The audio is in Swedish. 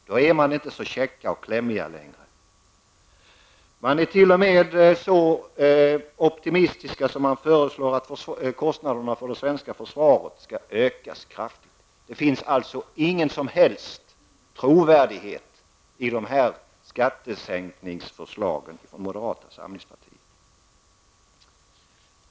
Då är man inte så käck och klämmig längre. De är t.o.m. så optimistiska att de föreslår att kostnaderna för det svenska försvaret skall ökas kraftigt. Det finns alltså ingen som helst trovärdighet i skattesänkningsförslagen från moderata samlingspartiet.